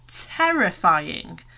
terrifying